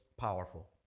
powerful